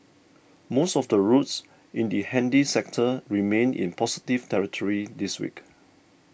most of the routes in the handy sector remained in positive territory this week